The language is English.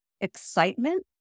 excitement